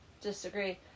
disagree